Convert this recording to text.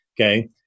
Okay